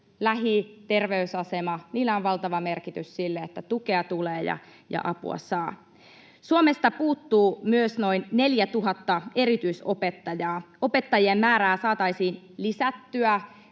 lähiterveysasemalla on valtava merkitys siinä, että tukea tulee ja apua saa. Suomesta myös puuttuu noin 4 000 erityisopettajaa. Opettajien määrää saataisiin lisättyä,